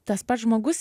tas pats žmogus